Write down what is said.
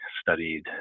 studied